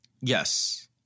yes